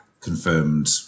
confirmed